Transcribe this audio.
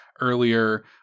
earlier